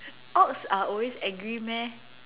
ox are always angry meh